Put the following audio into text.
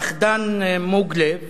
פחדן מוג לב